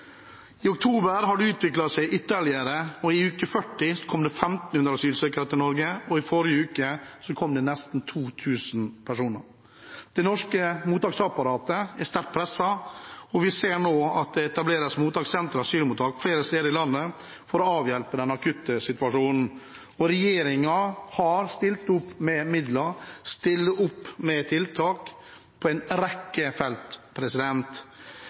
I oktober har det utviklet seg ytterligere: I uke 40 kom det 1 500 asylsøkere til Norge, og i forrige uke kom det nesten 2 000 personer. Det norske mottaksapparatet er sterkt presset, og vi ser nå at det etableres mottakssentre og asylmottak flere steder i landet for å avhjelpe den akutte situasjonen. Regjeringen har stilt opp med midler og tiltak på en rekke felt.